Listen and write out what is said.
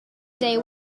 day